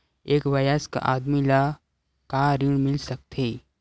एक वयस्क आदमी ल का ऋण मिल सकथे?